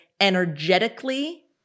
energetically